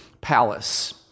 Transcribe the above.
palace